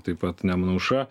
taip pat nemuno aušra